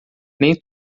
nem